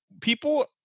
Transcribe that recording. people